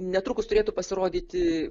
netrukus turėtų pasirodyti